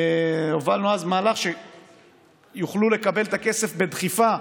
הובלנו אז מהלך שהם יוכלו לקבל את הכסף בדחיפה,